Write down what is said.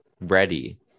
ready